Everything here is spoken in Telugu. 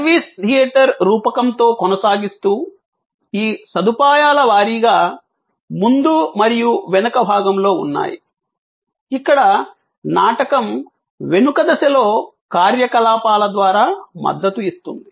సర్వీస్ థియేటర్ రూపకంతో కొనసాగిస్తూ ఈ సదుపాయాల వారీగా ముందు మరియు వెనుక భాగంలో ఉన్నాయి ఇక్కడ నాటకం వెనుక దశలో కార్యకలాపాల ద్వారా మద్దతు ఇస్తుంది